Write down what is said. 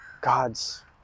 God's